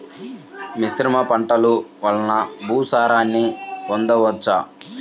మిశ్రమ పంటలు వలన భూసారాన్ని పొందవచ్చా?